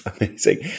Amazing